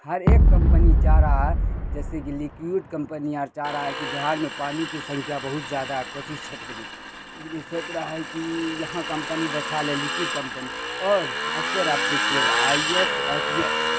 ہر ایک کمپنی چاہ رہا ہے جیسے کہ لکوڈ کمپنی آج چاہ رہا ہے کہ بہار میں پانی کی سنکھیا بہت زیادہ ہے کوچی چھیتر میں اس لیے سوچ رہا ہے کہ یہاں کمپنی بیٹھا لیں لکوڈ کمپنی اور اکثر آپ دیکھیے گا I S I P S